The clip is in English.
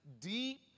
deep